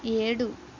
ఏడు